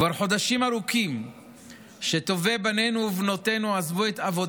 כבר חודשים ארוכים שטובי בנינו ובנותינו מכל